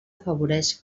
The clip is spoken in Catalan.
afavoreix